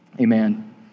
Amen